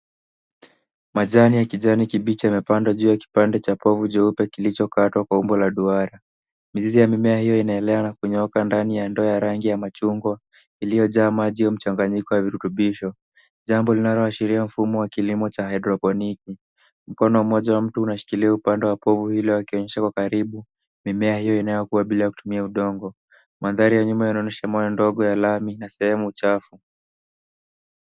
Majani ya kijani kibichi yamepandwa juu ya kipande cha povu jeupe kilichokatwa kwa umbo la duara mizizi ya mimea hiyo inaelea na kunyooka ndani ya ndoo ya rangi ya machungwa iliyojaa maji au mchanganyiko ya virutubisho jambo linaloashiria mfumo wa kilimo cha haidroponiki mkono mmoja wa mtu unashikilia upande wa povu hilo akionyesha kwa karibu mimea hiyo inayokuwa bila kutumia udongo mandhari ya nyuma inaonyesha mawe ndogo ya lami na sehemu chafu.